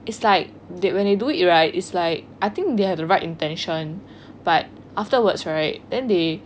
it's like when they do it right it's like I think they have the right intention but afterwards right then they